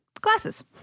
Glasses